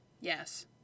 yes